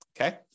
Okay